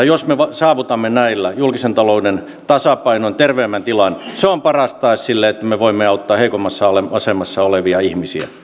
jos me saavutamme näillä julkisen talouden tasapainon terveemmän tilan on paras tae sille että me voimme auttaa heikommassa asemassa olevia ihmisiä